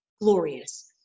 glorious